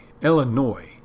Illinois